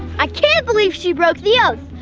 i can't believe she broke the oath!